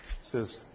Says